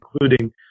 including